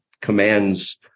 commands